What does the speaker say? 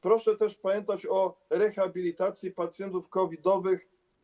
Proszę też pamiętać o rehabilitacji pacjentów COVID-owych.